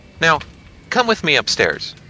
now come with me upstairs.